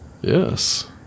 Yes